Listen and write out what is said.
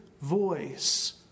voice